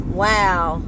wow